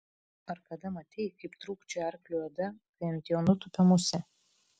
ar kada matei kaip trūkčioja arkliui oda kai ant jo nutupia musė